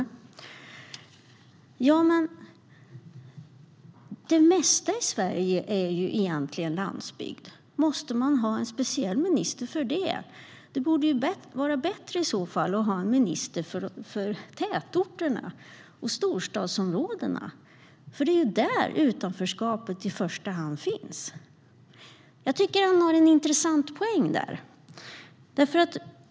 Då säger han: Det mesta av Sverige är ju egentligen landsbygd. Måste man ha en speciell minister för det? Det vore bättre att ha en minister för tätorterna och storstadsområdena, för det är ju där utanförskapet i första hand finns. Jag tycker att han har en intressant poäng.